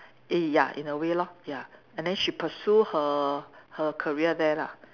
eh ya in a way lor ya and then she pursue her her career there lah